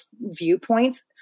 viewpoints